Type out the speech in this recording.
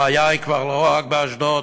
הבעיה היא כבר לא רק באשדוד,